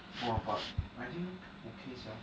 !wah! I think okay sia